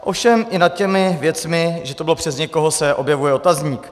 Ovšem i nad těmi věcmi, že to bylo přes někoho, se objevuje otazník.